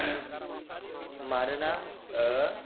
मानोना